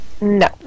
No